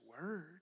word